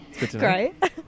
Great